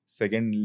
second